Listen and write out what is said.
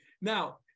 now